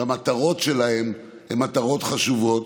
המטרות שלהם הן מטרות חשובות,